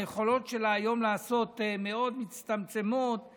היכולות של היום לעשות מצטמצמות מאוד.